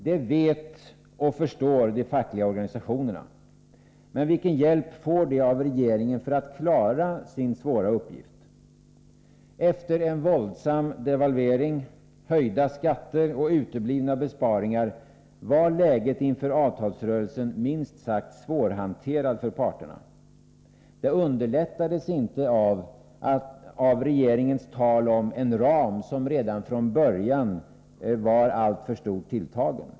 Det vet och förstår de fackliga organisationerna, men vilken hjälp får de av regeringen för att klara sin svåra uppgift? Efter en våldsam devalvering, höjda skatter och uteblivna besparingar var läget inför avtalsrörelsen minst sagt svårhanterat för parterna. Det underlättades inte av regeringens tal om en ram, som redan från början var alltför stort tilltagen.